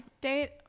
date